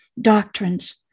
doctrines